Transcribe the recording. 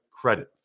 credit